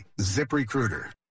ZipRecruiter